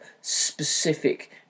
specific